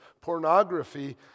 pornography